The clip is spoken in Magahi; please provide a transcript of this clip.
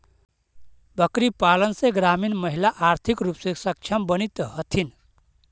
बकरीपालन से ग्रामीण महिला आर्थिक रूप से सक्षम बनित हथीन